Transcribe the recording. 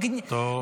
תודה רבה.